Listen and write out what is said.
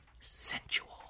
sensual